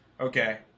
Okay